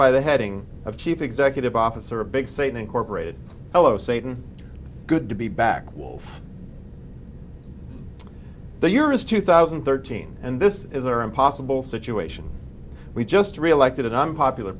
by the heading of chief executive officer a big satan incorporated hello satan good to be back wolf the year is two thousand and thirteen and this is our impossible situation we just re elected an unpopular